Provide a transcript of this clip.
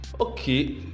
Okay